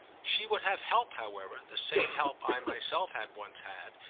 she would have help however, the same help i myself had once had,